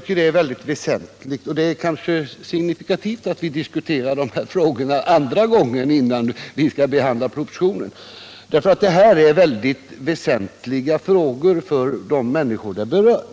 deklaration. Det är kanske signifikativt att vi diskuterar de här frågorna ytterligare en gång innan vi behandlar propositionen, eftersom det här rör sig om väldigt väsentliga frågor för de människor de berör.